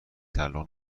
تعلق